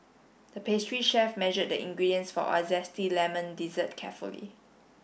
the pastry chef measured the ingredients for a zesty lemon dessert carefully